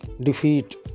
defeat